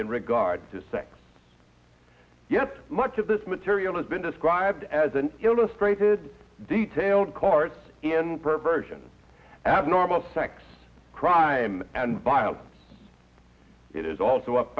in regard to sex yep much of this material has been described as an illustrated detailed course in persian abnormal sex crime and violence it is also up